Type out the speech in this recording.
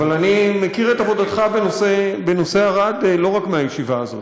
אבל אני מכיר את עבודתך בנושא ערד לא רק מהישיבה הזאת,